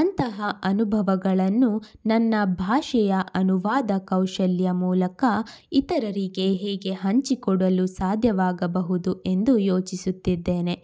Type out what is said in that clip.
ಅಂತಹ ಅನುಭವಗಳನ್ನು ನನ್ನ ಭಾಷೆಯ ಅನುವಾದ ಕೌಶಲ್ಯ ಮೂಲಕ ಇತರರಿಗೆ ಹೇಗೆ ಹಂಚಿಕೊಡಲು ಸಾಧ್ಯವಾಗಬಹುದು ಎಂದು ಯೋಚಿಸುತ್ತಿದ್ದೇನೆ